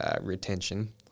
retention